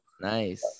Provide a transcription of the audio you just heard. nice